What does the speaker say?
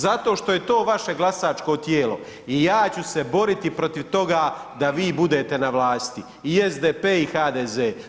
Zato što je to vaše glasačko tijelo i ja ću se boriti protiv toga da vi budete na vlasti i SDP i HDZ.